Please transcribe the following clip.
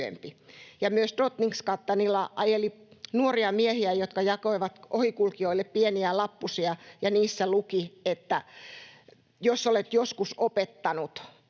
Myös Drottninggatanilla ajeli nuoria miehiä, jotka jakoivat ohikulkijoille pieniä lappusia, ja niissä luki, että jos olet joskus opettanut,